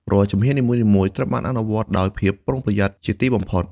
រាល់ជំហាននីមួយៗត្រូវបានអនុវត្តដោយភាពប្រុងប្រយ័ត្នជាទីបំផុត។